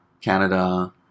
Canada